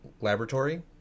laboratory